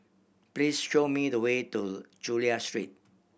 please show me the way to Chulia Street